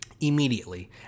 Immediately